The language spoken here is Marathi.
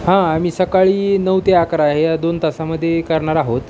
हा आम्ही सकाळी नऊ ते अकरा आहे या दोन तासामध्ये करणार आहोत